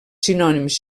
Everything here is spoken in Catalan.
sinònims